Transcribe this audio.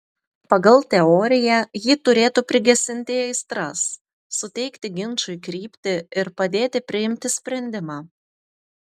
pagal teoriją ji turėtų prigesinti aistras suteikti ginčui kryptį ir padėti priimti sprendimą